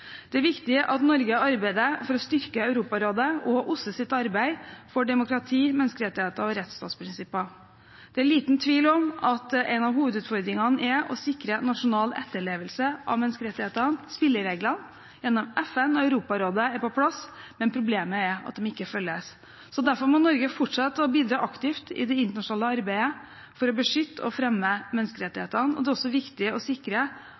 Det er viktig at Norge arbeider for å styrke Europarådets og OSSEs arbeid for demokrati, menneskerettigheter og rettsstatsprinsipper. Det er liten tvil om at en av hovedutfordringene er å sikre nasjonal etterlevelse av menneskerettighetene. Spillereglene, gjennom FN og Europarådet, er på plass, men problemet er at de ikke følges. Derfor må Norge fortsette å bidra aktivt i det internasjonale arbeidet for å beskytte og fremme menneskerettighetene. Det er også viktig å sikre